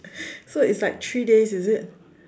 so it's like three days is it